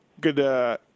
good